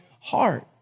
heart